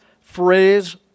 phrase